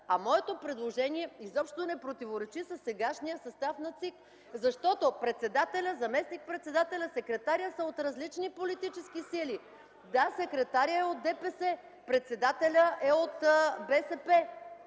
а моето предложение изобщо не противоречи със сегашния състав на ЦИК, защото председателят, заместник-председателя, секретарят са от различни политически сили. Да, секретарят е от ДПС, председателят е от БСП,